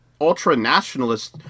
ultra-nationalists